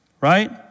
right